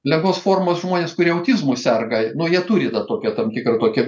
lengvos formos žmonės kurie autizmu serga nu jie turi tą tokią tam tikrą tokią